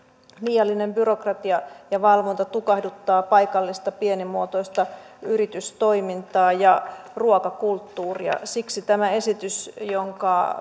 liiallinen byrokratia ja valvonta tukahduttavat paikallista pienimuotoista yritystoimintaa ja ruokakulttuuria siksi tämä esitys jonka